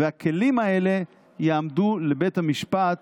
והכלים האלו יעמדו לבית המשפט,